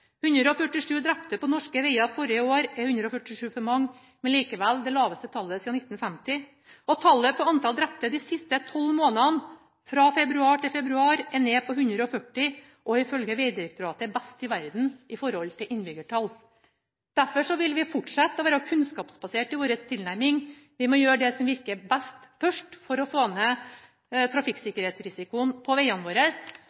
147 drepte på norske veger forrige år er 147 for mange, men likevel det laveste tallet siden 1950. Tallet på antallet drepte de siste tolv månedene – fra februar til februar – er nede på 140, og er ifølge Vegdirektoratet best i verden i forhold til innbyggertall. Derfor vil vi fortsette å være kunnskapsbaserte i vår tilnærming, vi må gjøre det som virker best først for å få ned trafikksikkerhetsrisikoen på vegene våre,